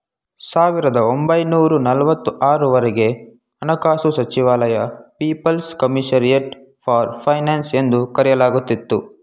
ಸಾವಿರದ ಒಂಬೈನೂರ ನಲವತ್ತು ಆರು ವರೆಗೆ ಹಣಕಾಸು ಸಚಿವಾಲಯ ಪೀಪಲ್ಸ್ ಕಮಿಷರಿಯಟ್ ಫಾರ್ ಫೈನಾನ್ಸ್ ಎಂದು ಕರೆಯಲಾಗುತ್ತಿತ್ತು